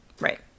Right